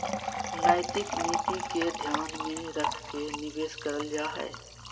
नैतिक नीति के ध्यान में रख के निवेश करल जा हइ